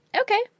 Okay